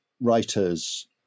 writers